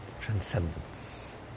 transcendence